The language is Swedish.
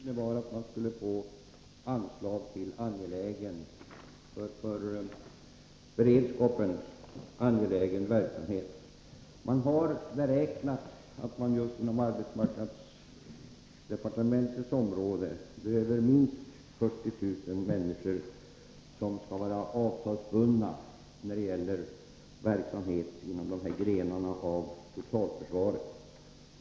Herr talman! Riksdagens beslut innebar att man skulle få anslag till verksamhet som är angelägen för beredskapen. Man har beräknat att det just inom arbetsmarknadsdepartementets område behövs minst 40000 människor, som skall vara avtalsbundna, när det gäller verksamhet inom dessa grenar av totalförsvaret.